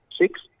six